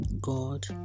God